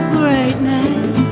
greatness